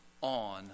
on